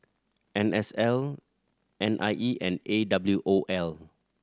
N S L N I E and A W O L